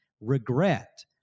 regret